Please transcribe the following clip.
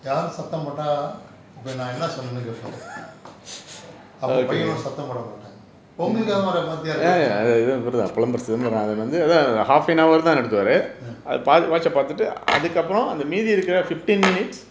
யாரும் சத்தம் போட்டா இப்ப நான் என்ன சொன்னன்னு கேப்பாரு அப்ப பையன்களும் சத்தம் போட மாட்டாங்க ஒங்களுக்கு அந்த மாரி வாத்தியார் இல்லையா:yaarum satham pottaa ippa naan enna sonnannu kepaaru appa paiyankalum satham poda maataanka onkalukku antha maari vathiyaar illaya mm